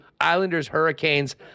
Islanders-Hurricanes